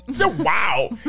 Wow